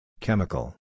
chemical